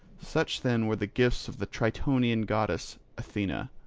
such then were the gifts of the tritonian goddess athena.